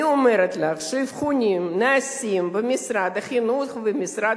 אני אומרת לך שהאבחונים שנעשים במשרד החינוך ובמשרד